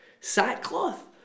sackcloth